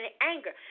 anger